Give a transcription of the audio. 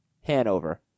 Hanover